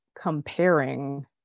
comparing